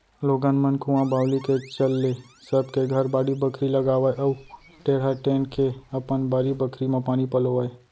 लोगन मन कुंआ बावली के चल ले सब के घर बाड़ी बखरी लगावय अउ टेड़ा टेंड़ के अपन बारी बखरी म पानी पलोवय